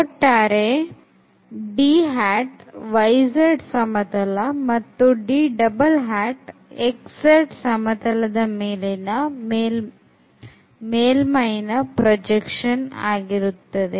ಒಟ್ಟಾರೆ yzಸಮತಲ ಮತ್ತು xz ಸಮತಲದ ಮೇಲಿನ ಮೇಲ್ಮೈನ ಪ್ರೊಜೆಕ್ಷನ್ ಆಗಿರುತ್ತದೆ